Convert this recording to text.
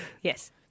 Yes